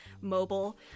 mobile